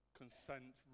consent